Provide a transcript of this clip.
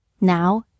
Now